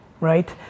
right